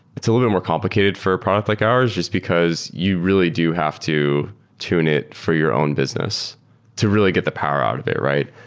it's a little bit more complicated for a product like ours just because you really do have to tune it for your own business to really get the power out of it, right?